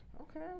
Okay